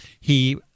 He-